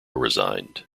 resigned